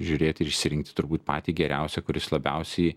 žiūrėt ir išsirinkt turbūt patį geriausią kuris labiausiai